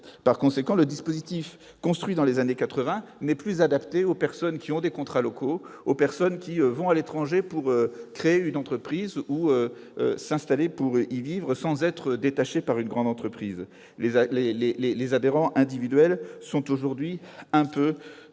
l'étranger. Le dispositif construit dans les années 1980 n'est plus adapté aux personnes qui ont des contrats locaux, à celles qui se rendent à l'étranger pour créer une entreprise ou qui s'installent pour y vivre sans être détachées par une grande entreprise. Les adhérents individuels sont aujourd'hui en effet